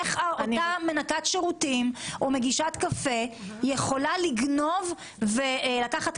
איך אותה מנקת שירותים או מגישת קפה יכולה לגנוב ולקחת